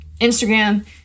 Instagram